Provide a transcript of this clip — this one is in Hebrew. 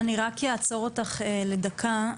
אני אעצור אותך לדקה.